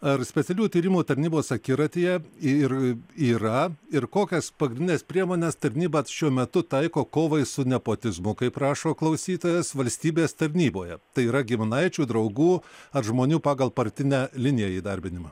ar specialiųjų tyrimų tarnybos akiratyje ir yra ir kokias pagrindines priemones tarnyba šiuo metu taiko kovai su nepotizmu kaip rašo klausytojas valstybės tarnyboje tai yra giminaičių draugų ar žmonių pagal partinę liniją įdarbinimą